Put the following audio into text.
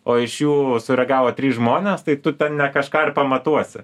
o iš jų sureagavo trys žmonės tai tu ten ne kažką ir pamatuosi